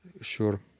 Sure